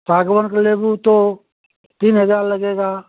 सागौन के लेबू तो तीन हज़ार लगेगा